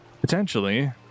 Potentially